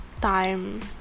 time